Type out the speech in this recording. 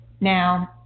Now